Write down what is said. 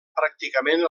pràcticament